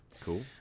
Cool